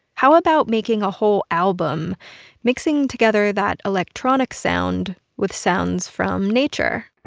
how about making a whole album mixing together that electronic sound with sounds from nature?